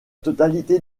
totalité